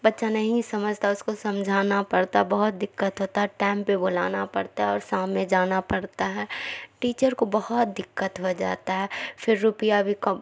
بچہ نہیں سمجھتا اس کو سمجھانا پڑتا بہت دقت ہوتا ہے ٹائم پہ بلانا پڑتا ہے اور شام میں جانا پڑتا ہے ٹیچر کو بہت دقت ہو جاتا ہے پھر روپیہ بھی کم